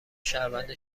شهروند